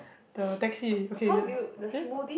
the taxi okay the hmm